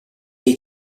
dei